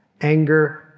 anger